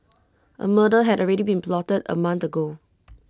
A murder had already been plotted A month ago